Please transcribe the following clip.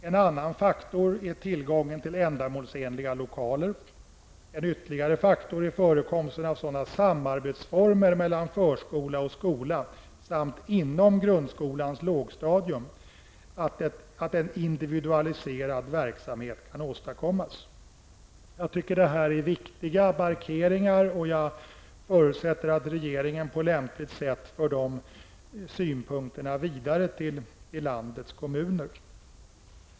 En annan faktor är tillgången till ändamålsenliga lokaler. En ytterligare faktor är förekomsten av sådana former för samarbete mellan förskola och skola samt inom grundskolans lågstadium som möjliggör en individualiserad verksamhet. Detta är viktiga markeringar och jag förutsätter att regeringen på lämpligt sätt för dessa synpunkter vidare till landets kommuner.